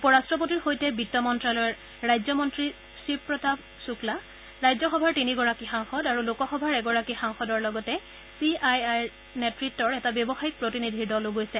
উপ ৰাষ্ট্ৰপতিৰ সৈতে বিত্ত মন্ত্ৰালয়ৰ ৰাজ্য মন্ত্ৰী শ্ৰী শিৱ প্ৰতাপ শুক্লা ৰাজ্য সভাৰ তিনিগৰাকী সাংসদ আৰু লোকসভাৰ এগৰাকী সাংসদৰ সৈতে চি আই আইৰ নেত্ৰত্বৰ এটা ব্যৱসায়িক প্ৰতিনিধিৰ দলো গৈছে